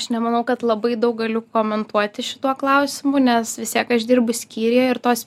aš nemanau kad labai daug galiu komentuoti šituo klausimu nes vis tiek aš dirbu skyriuje ir tos